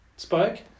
Spoke